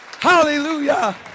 Hallelujah